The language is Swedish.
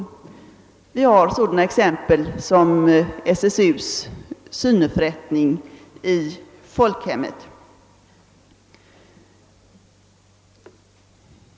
Vi har sådana exempel som SSU:s »Syneförrättning i folkhemmet».